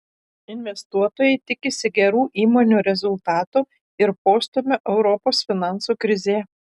investuotojai tikisi gerų įmonių rezultatų ir postūmio europos finansų krizėje